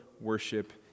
worship